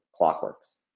Clockworks